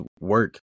work